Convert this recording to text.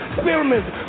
experiments